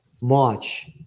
March